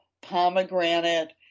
pomegranate